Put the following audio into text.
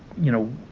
you know,